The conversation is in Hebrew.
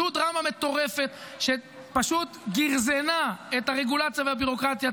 זו דרמה מטורפת שפשוט גרזנה את הרגולציה והביורוקרטיה,